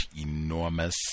enormous